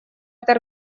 этой